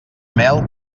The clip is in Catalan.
mel